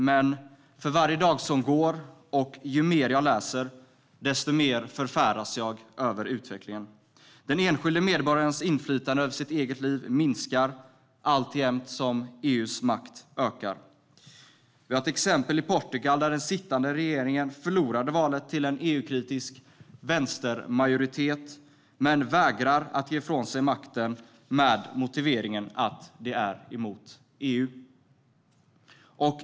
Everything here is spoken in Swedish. Men för varje dag som går och ju mer jag läser, desto mer förfäras jag över utvecklingen. Den enskilde medborgarens inflytande över sitt eget liv minskar samtidigt som EU:s makt ökar. Ett exempel är Portugal där den sittande regeringen förlorade valet till en EU-kritisk vänstermajoritet men vägrar ge ifrån sig makten med motiveringen att de är emot EU.